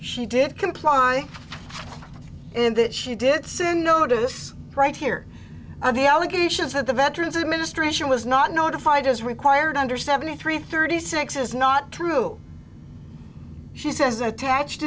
she did comply and that she did sin no to this right here are the allegations that the veterans administration was not notified as required under seventy three thirty six is not true she says attached